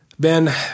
Ben